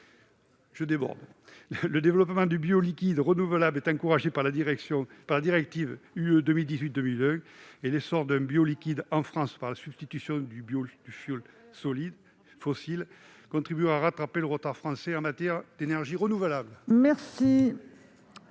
en 2022. Le développement de bioliquide renouvelable est encouragé par la directive UE 2018/2001, et l'essor d'un bioliquide en France par substitution du fioul fossile contribuera à rattraper le retard français en matière d'énergie renouvelable.